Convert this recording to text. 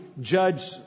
judge